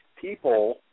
people